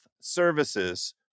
Services